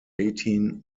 eighteen